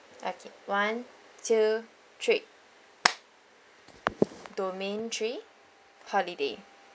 okay one two three domain three holiday